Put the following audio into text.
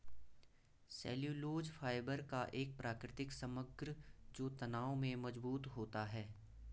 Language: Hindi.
सेल्यूलोज फाइबर का एक प्राकृतिक समग्र जो तनाव में मजबूत होता है